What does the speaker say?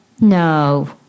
No